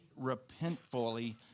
repentfully